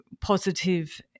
positive